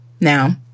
Now